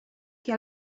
que